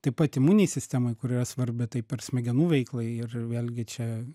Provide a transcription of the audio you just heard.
taip pat imunei sistemai kuri yra svarbi tai per smegenų veiklai ir vėlgi čia